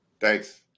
Thanks